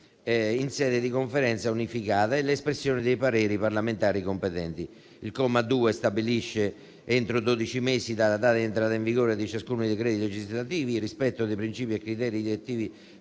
in sede di Conferenza unificata e l'espressione dei pareri delle Commissioni parlamentari competenti. Il comma 2 stabilisce, entro dodici mesi dalla data di entrata in vigore di ciascuno dei decreti legislativi, il rispetto dei principi e criteri direttivi